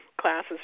classes